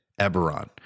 Eberron